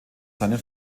seinen